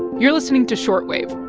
you're listening to short wave